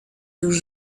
już